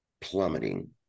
plummeting